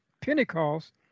Pentecost